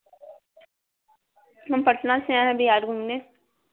हम पटना से आएँ हैं बिहार घूमने